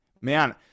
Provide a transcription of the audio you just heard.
man